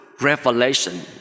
revelation